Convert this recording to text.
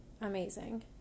amazing